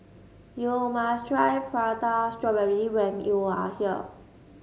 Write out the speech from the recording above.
you must try Prata Strawberry when you are here